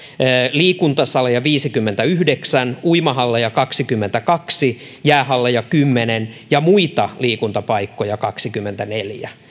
liikuntasaleja viisikymmentäyhdeksän uimahalleja kaksikymmentäkaksi jäähalleja kymmenen ja muita liikuntapaikkoja kaksikymmentäneljä